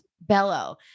Bellow